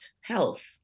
health